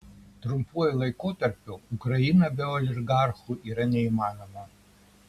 trumpuoju laikotarpiu ukraina be oligarchų yra neįmanoma